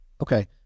Okay